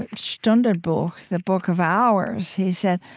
ah stunden-buch, the book of hours he said,